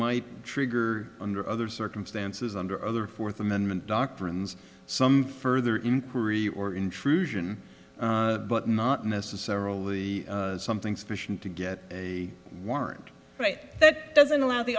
might trigger under other circumstances under other fourth amendment doctrines some further inquiry or intrusion but not necessarily something sufficient to get a warrant but that doesn't allow the